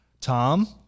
Tom